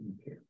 Okay